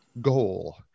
goal